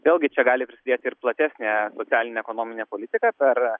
vėlgi čia gali prisidėti ir platesnė socialinė ekonominė politika per